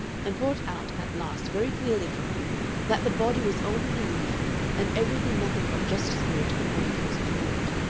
and brought out at last very clearly from him that the body was only illusion and everything nothing but just spirit and molecules of thought.